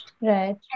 right